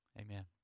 Amen